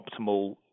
optimal